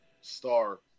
star